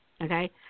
okay